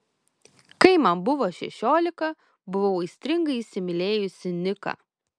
kai man buvo šešiolika buvau aistringai įsimylėjusi niką